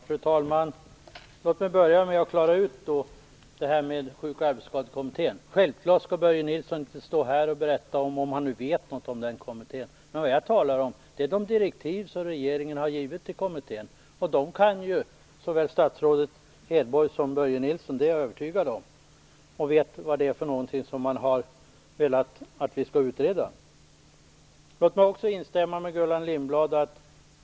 Fru talman! Låt mig börja med att klara ut detta med Sjuk och arbetsskadekommittén. Självklart skall Börje Nilsson inte stå här och berätta vad han vet om den kommittén. Jag talar om de direktiv som regeringen gett kommittén. Jag är övertygad om att såväl statsrådet Hedborg som Börje Nilsson vet vad det är man har velat få utrett. Jag instämmer med Gullan Lindblad.